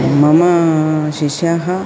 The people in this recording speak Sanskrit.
मम शिष्याः